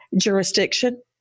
jurisdiction